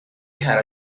had